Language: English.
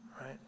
right